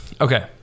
Okay